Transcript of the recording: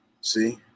See